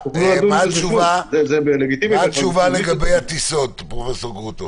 מה התשובה לגבי הטיסות, פרופ' גרוטו?